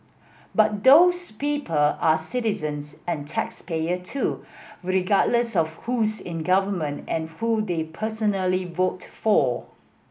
but those people are citizens and taxpayer too regardless of who's in government and who they personally voted for